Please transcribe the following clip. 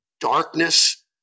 darkness